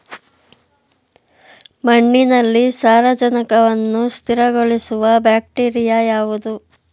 ಮಣ್ಣಿನಲ್ಲಿ ಸಾರಜನಕವನ್ನು ಸ್ಥಿರಗೊಳಿಸುವ ಬ್ಯಾಕ್ಟೀರಿಯಾ ಯಾವುದು?